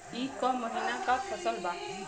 ई क महिना क फसल बा?